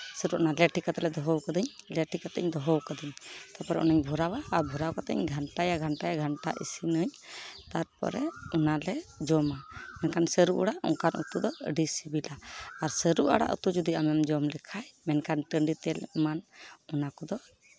ᱥᱟᱹᱨᱩ ᱚᱱᱟ ᱞᱮ ᱴᱷᱤᱠ ᱠᱟᱛᱮᱫ ᱞᱮ ᱫᱚᱦᱚ ᱟᱠᱟᱫᱟᱹᱧ ᱞᱮ ᱴᱷᱤᱠ ᱠᱟᱛᱮᱫ ᱤᱧ ᱫᱚᱦᱚ ᱟᱠᱟᱫᱟᱹᱧ ᱛᱟᱨᱯᱚᱨᱮ ᱚᱱᱟᱧ ᱵᱷᱚᱨᱟᱣᱟ ᱟᱨ ᱵᱷᱚᱨᱟᱣ ᱠᱟᱛᱮᱫ ᱤᱧ ᱜᱷᱟᱱᱴᱟᱭᱟ ᱜᱷᱟᱱᱴᱭᱟ ᱜᱷᱟᱱᱴᱟ ᱤᱥᱤᱱᱟᱹᱧ ᱟᱹᱧ ᱛᱟᱨᱯᱚᱨᱮ ᱚᱱᱟᱞᱮ ᱡᱚᱢᱟ ᱢᱮᱱᱠᱷᱟᱱ ᱥᱟᱹᱨᱩ ᱟᱲᱟᱜ ᱚᱱᱠᱟᱱ ᱩᱛᱩ ᱫᱚ ᱟᱹᱰᱤ ᱥᱤᱵᱤᱞᱟ ᱟᱨ ᱥᱟᱹᱨᱩ ᱟᱲᱟᱜ ᱩᱛᱩ ᱡᱩᱫᱤ ᱟᱢᱮᱢ ᱡᱚᱢ ᱞᱮᱠᱷᱟᱱ ᱢᱮᱱᱠᱷᱟᱱ ᱴᱟᱺᱰᱤ ᱛᱮᱫ ᱮᱢᱟᱱ ᱚᱱᱟ ᱠᱚᱫᱚ